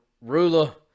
ruler